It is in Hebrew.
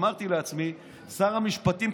אמרתי לעצמי: שר המשפטים,